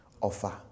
offer